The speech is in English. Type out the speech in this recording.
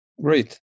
Great